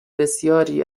بسیاری